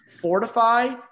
fortify